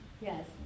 Yes